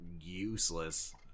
useless